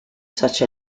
such